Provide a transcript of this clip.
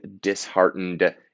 disheartened